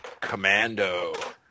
Commando